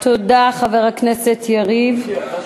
תודה לחבר הכנסת יריב לוין.